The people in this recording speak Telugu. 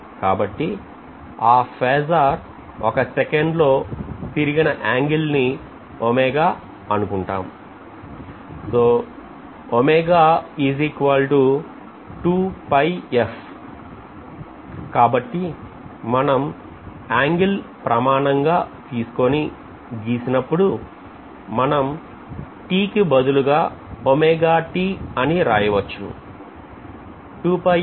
కాబట్టి ఆ ఫేసర్ ఒక సెకండ్ లో తిరిగిన యాంగిల్ ని ఒమేగా అనుకుంటాం కాబట్టి మనం ఏంగిల్ ప్రమాణంగా తీసుకుని గీసిన ప్పుడు మనం t కు బదులుగా wt అని రాయవచ్చు